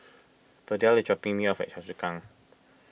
Verdell is dropping me off at Choa Chu Kang